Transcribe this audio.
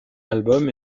album